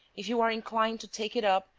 if you are inclined to take it up,